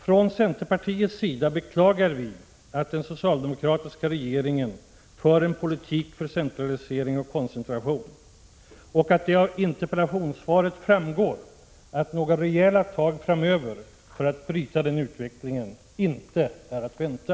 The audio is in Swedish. Från centerpartiets sida beklagar vi att den socialdemokratiska regeringen för en politik för centralisering och koncentration och att det av interpellationssvaret framgår att några rejäla tag framöver för att bryta den utvecklingen inte är att vänta.